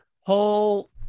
whole